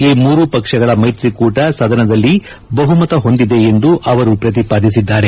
ಈ ಮೂರೂ ಪಕ್ಷಗಳ ಮೈತ್ರಿಕೂಟ ಸದನದಲ್ಲಿ ಬಹುಮತ ಹೊಂದಿದೆ ಎಂದು ಅವರು ಪ್ರತಿಪಾದಿಸಿದ್ದಾರೆ